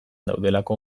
daudelako